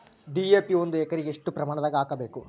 DAP ಒಂದು ಎಕರಿಗ ಎಷ್ಟ ಪ್ರಮಾಣದಾಗ ಹಾಕಬೇಕು?